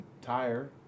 tire